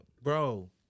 Bro